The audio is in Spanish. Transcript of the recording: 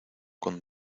con